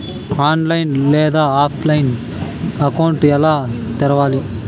online లేదా ఆఫ్లైన్లో account ఎలా తెరవాలి